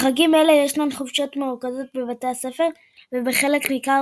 בחגים אלה ישנן חופשות מרוכזות בבתי הספר ובחלק ניכר